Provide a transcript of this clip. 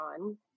on